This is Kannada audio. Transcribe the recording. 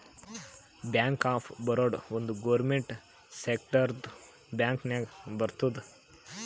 ಬ್ಯಾಂಕ್ ಆಫ್ ಬರೋಡಾ ಒಂದ್ ಗೌರ್ಮೆಂಟ್ ಸೆಕ್ಟರ್ದು ಬ್ಯಾಂಕ್ ನಾಗ್ ಬರ್ತುದ್